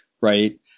right